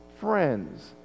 friends